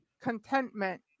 contentment